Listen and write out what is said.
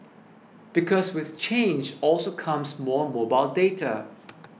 because with change also comes more mobile data